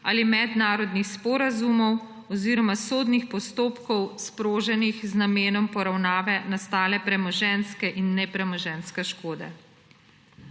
ali mednarodnih sporazumov oziroma sodnih postopkov, sproženih z namenom poravnave nastale premoženjske in nepremoženjske škode.